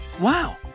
Wow